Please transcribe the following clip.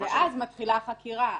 ואז מתחילה החקירה.